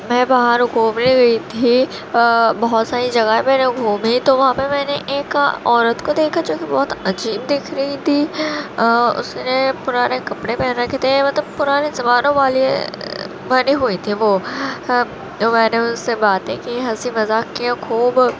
میں باہر گھومنے گئی تھی بہت ساری جگہ میں نے گھومی تو وہاں پہ میں نے ایک عورت کو دیکھا جو کہ بہت عجیب دیکھ رہی تھیں اس نے پرانے کپڑے پہن رکھے تھے مطلب پرانے زمانوں والے پہنے ہوئے تھی وہ تو میں نے ان سے باتیں کی ہنسی مذاق کی اور خوب